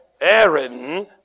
Aaron